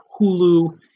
Hulu